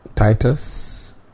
Titus